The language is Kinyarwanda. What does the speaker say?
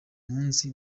munsi